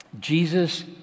Jesus